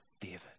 David